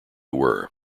were